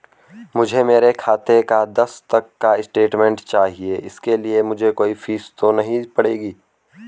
मुझे मेरे खाते का दस तक का स्टेटमेंट चाहिए इसके लिए मुझे कोई फीस तो नहीं पड़ेगी?